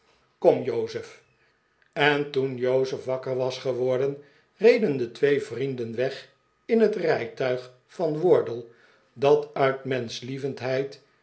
jozef en toen jozef wakker was geworden reden de twee vrienden weg in het rijtuig van wardle dat uit